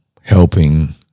helping